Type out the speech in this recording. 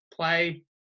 play